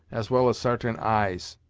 as well as sartain eyes.